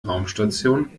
raumstation